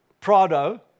Prado